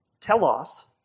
telos